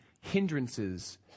hindrances